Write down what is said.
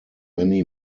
many